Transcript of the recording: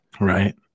Right